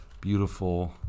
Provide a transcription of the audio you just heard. beautiful